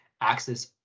access